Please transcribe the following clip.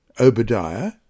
Obadiah